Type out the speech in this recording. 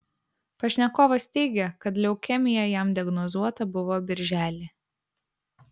pašnekovas teigia kad leukemija jam diagnozuota buvo birželį